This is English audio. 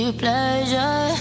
pleasure